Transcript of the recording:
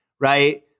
right